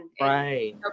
right